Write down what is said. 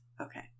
Okay